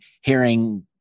hearing